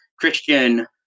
Christian